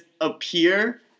appear